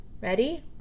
Ready